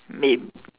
lame